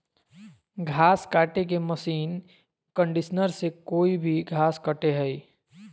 घास काटे के मशीन कंडीशनर से कोई भी घास कटे हइ